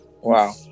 wow